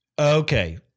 Okay